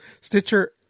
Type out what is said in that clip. Stitcher